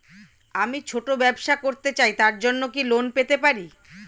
আমি ছোট ব্যবসা করতে চাই তার জন্য কি লোন পেতে পারি?